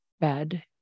bed